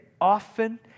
often